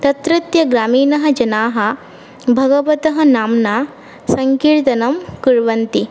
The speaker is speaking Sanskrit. तत्रत्य ग्रामीणः जनाः भगवतः नाम्ना सङ्कीर्तनं कुर्वन्ति